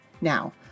Now